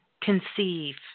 conceive